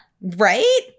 Right